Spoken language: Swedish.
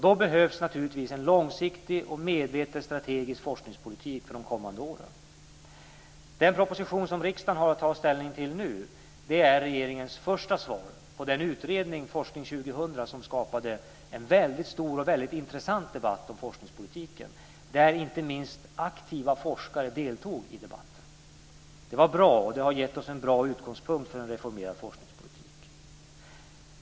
Då behövs naturligtvis en långsiktig och medveten strategisk forskningspolitik för de kommande åren. Den proposition som riksdagen har att ta ställning till nu är regeringens första svar på den utredning Forskning 2000 som skapade en väldigt stor och intressant debatt om forskningspolitiken, där inte minst aktiva forskare deltog i debatten. Det var bra, och det har gett oss en bra utgångspunkt för en reformerad forskningspolitik.